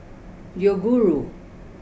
Yoguru